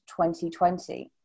2020